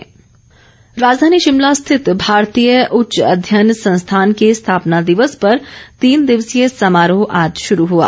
संस्थान राजधानी शिमला स्थित भारतीय उच्च अध्ययन संस्थान के स्थापना दिवस पर तीन दिवसीय समारोह आज शुरू हुआ